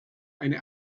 eine